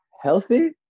Healthy